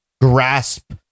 grasp